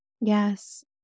Yes